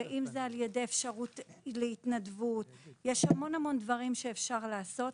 על ידי התנדבות או על ידי המון דברים נוספים שניתן לעשות.